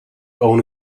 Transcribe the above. own